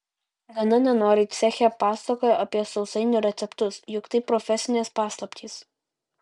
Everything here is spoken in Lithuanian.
gana nenoriai ceche pasakojo apie sausainių receptus juk tai profesinės paslaptys